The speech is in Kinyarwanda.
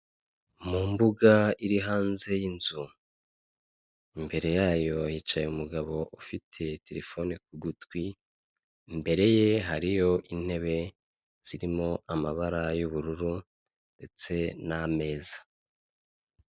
Uyu ni umuhanda w'ibito harimo imodoka ebyiri nini ubona ko zitwaye imizigo, imbere y'iyo modoka zirakomeje zirakurikirane irya hari ibiti.